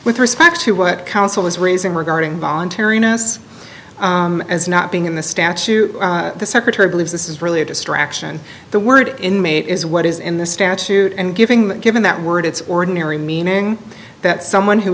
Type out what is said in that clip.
with respect to what counsel is raising regarding voluntariness as not being in the statute the secretary believes this is really a distraction the word inmate is what is in the statute and giving that given that word it's ordinary meaning that someone who